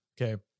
Okay